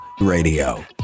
Radio